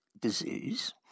disease